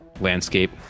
landscape